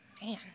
Man